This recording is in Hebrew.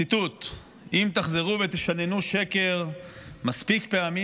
ציטוט: אם תחזרו ותשננו שקר מספיק פעמים,